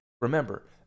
Remember